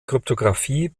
kryptographie